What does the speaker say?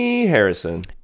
Harrison